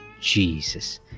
Jesus